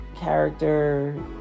character